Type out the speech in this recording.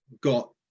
got